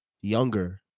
younger